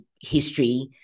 history